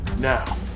Now